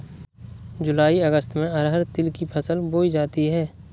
जूलाई अगस्त में अरहर तिल की फसल बोई जाती हैं